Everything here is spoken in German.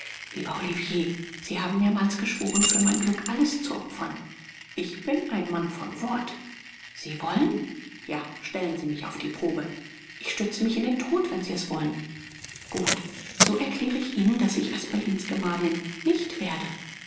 lieber olivier sie haben mehrmals geschworen für mein glück alles zu opfern ich bin ein mann von wort sie wollen ja stellen sie mich auf die probe ich stürze mich in den tod wenn sie es wollen gut so erkläre ich ihnen daß ich asperlins gemahlin nicht werde